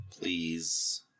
Please